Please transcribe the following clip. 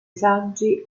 saggi